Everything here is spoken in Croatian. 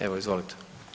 Evo, izvolite.